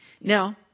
Now